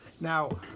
Now